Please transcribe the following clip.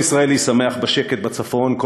כל ישראלי שמח בשקט בצפון,